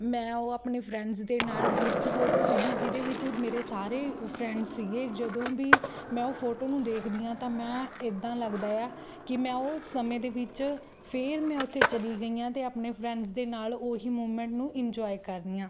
ਮੈਂ ਉਹ ਆਪਣੇ ਫਰੈਂਡਸ ਦੇ ਨਾਲ ਗਰੁੱਪ ਫੋਟੋ ਸੀਗੀ ਜਿਹਦੇ ਵਿੱਚ ਮੇਰੇ ਸਾਰੇ ਫਰੈਂਡ ਸੀਗੇ ਜਦੋਂ ਵੀ ਮੈਂ ਉਹ ਫੋਟੋ ਨੂੰ ਦੇਖਦੀ ਹਾਂ ਤਾਂ ਮੈਂ ਇੱਦਾਂ ਲੱਗਦਾ ਏ ਆ ਕਿ ਮੈਂ ਉਹ ਸਮੇਂ ਦੇ ਵਿੱਚ ਫੇਰ ਮੈਂ ਉੱਥੇ ਚਲੀ ਗਈ ਹਾਂ ਅਤੇ ਆਪਣੇ ਫਰੈਂਡਸ ਦੇ ਨਾਲ ਉਹੀ ਮੂਵਮੈਂਟ ਨੂੰ ਇੰਜੋਏ ਕਰ ਰਹੀ ਹਾਂ